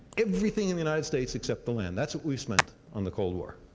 everything in the united states, except the land. that's what we spent on the cold war.